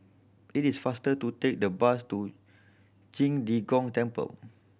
it is faster to take the bus to Qing De Gong Temple